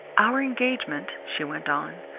our engagement, she went on,